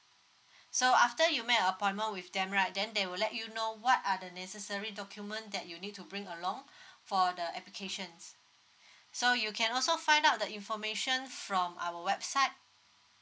so after you make a appointment with them right then they will let you know what are the necessary document that you need to bring along for the applications so you can also find out the information from our website